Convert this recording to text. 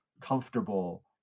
comfortable